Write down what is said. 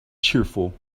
cheerful